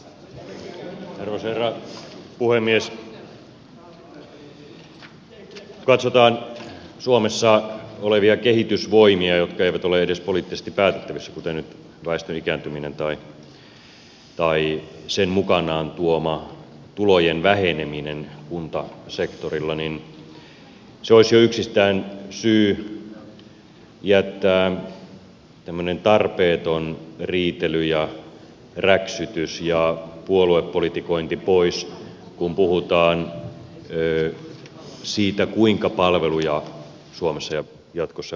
kun katsotaan suomessa olevia kehitysvoimia jotka eivät ole edes poliittisesti päätettävissä kuten nyt väestön ikääntyminen tai sen mukanaan tuoma tulojen väheneminen kuntasektorilla niin se olisi jo yksistään syy jättää tämmöinen tarpeeton riitely ja räksytys ja puoluepolitikointi pois kun puhutaan siitä kuinka palveluja suomessa jatkossa järjestetään